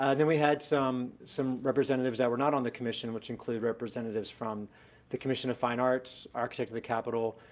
and then we had some some representatives that were not on the commission which include representatives from the commission of fine arts, architect of the capitol,